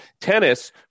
Tennis